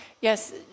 yes